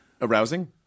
Arousing